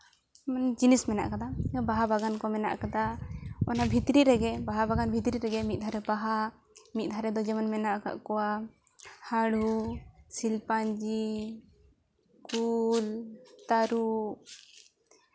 ᱡᱤᱱᱤᱥ ᱢᱮᱱᱟᱜ ᱠᱟᱫᱟ ᱵᱟᱦᱟ ᱵᱟᱜᱟᱱ ᱠᱚ ᱢᱮᱱᱟᱜ ᱠᱟᱫᱟ ᱚᱱᱟ ᱵᱷᱤᱛᱨᱤ ᱨᱮᱜᱮ ᱵᱟᱦᱟ ᱵᱟᱜᱟᱱ ᱵᱷᱤᱛᱨᱤ ᱨᱮᱜᱮ ᱢᱤᱫ ᱫᱷᱟᱨᱮ ᱵᱟᱦᱟ ᱢᱤᱫ ᱫᱷᱟᱨᱮ ᱡᱮᱢᱚᱱ ᱢᱮᱱᱟᱜ ᱠᱚᱣᱟ ᱦᱟᱺᱬᱩ ᱥᱤᱞᱯᱟᱧᱡᱤ ᱠᱩᱞ ᱛᱟᱹᱨᱩᱵᱽ